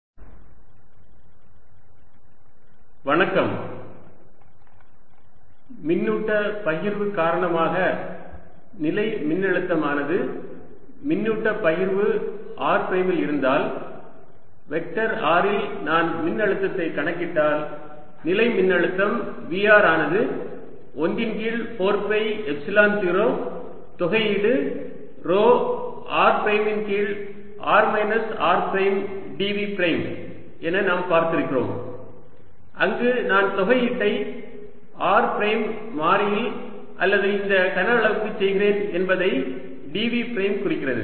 காரணமாக நிலை மின்னழுத்தம் I வரையறுக்கப்பட்ட நீளத்துடன் கூடிய கோட்டு மின்னூட்டம் மின்னூட்ட பகிர்வு காரணமாக நிலை மின்னழுத்தமானது மின்னூட்ட பகிர்வு r பிரைமில் இருந்தால் வெக்டர் r இல் நான் மின்னழுத்தத்தை கணக்கிட்டால் நிலை மின்னழுத்தம் V r ஆனது 1 இன் கீழ் 4 பை எப்சிலன் 0 தொகையீடு ρ r பிரைம் இன் கீழ் r minus r prime dV prime என நாம் பார்த்திருக்கிறோம் அங்கு நான் தொகையீட்டை r பிரைம் மாறியில் அல்லது இந்த கன அளவுக்கு செய்கிறேன் என்பதை dV பிரைம் குறிக்கிறது